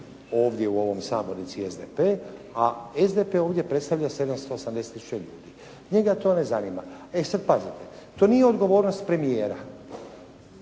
ovdje u ovoj sabornici SDP, a SDP ovdje predstavlja 780000 ljudi, njega to ne zanima. E sad pazite, to nije odgovornost premijera,